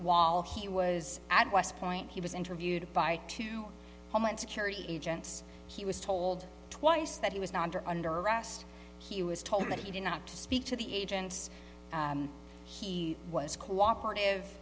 while he was at west point he was interviewed by two home and security agents he was told twice that he was not under arrest he was told that he did not speak to the agents he was cooperative